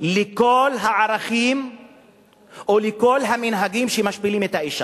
לכל הערכים ולכל המנהגים שמשפילים את האשה,